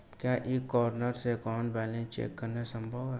क्या e corner से account balance check करना संभव है?